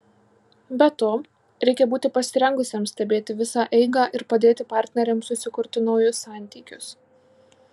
be to reikia būti pasirengusiam stebėti visą eigą ir padėti partneriams susikurti naujus santykius